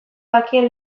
dakien